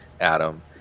Adam